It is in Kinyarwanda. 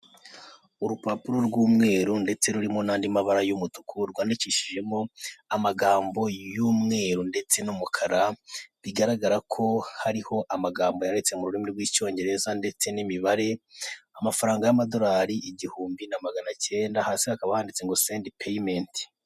Urupapuro rw'umweru ndetse rurimo n'andi mabara y'umutuku rwandikishijemo amagambo y'umweru ndetse n'umukara; bigaragara ko hariho amagambo yanditse mu rurimi rw'icyongereza ndetse n'imibare; amafaranga y'amadolari igihumbi na magana cyenda hasi hakaba handitse ngo sendi peyimeti.